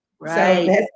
Right